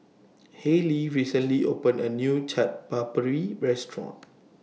Hallie recently opened A New Chaat Papri Restaurant